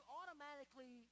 automatically